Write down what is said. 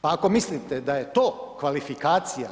Pa ako mislite da je to kvalifikacija